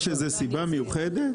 יש איזו סיבה מיוחדת?